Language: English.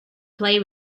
play